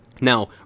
Now